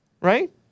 Right